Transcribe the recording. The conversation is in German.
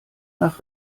nach